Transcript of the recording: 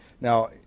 Now